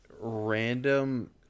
random